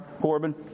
Corbin